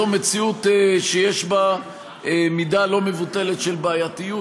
זו מציאות שיש בה מידה לא מבוטלת של בעייתיות.